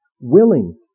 Willing